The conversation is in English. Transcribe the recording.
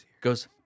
Goes